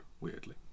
weirdly